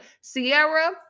Sierra